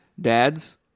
dad's